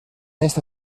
esta